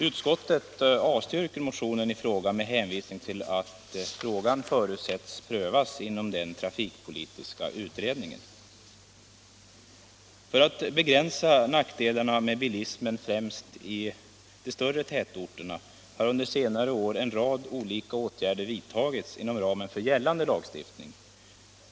Utskottet avstyrker motionen i fråga med hänvisning till att frågan förutsätts bli prövad inom den trafikpolitiska utredningen. För att begränsa nackdelarna med bilismen främst i de större tätorterna har under senare år en rad olika åtgärder vidtagits inom ramen för gällande lagstiftning.